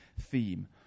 theme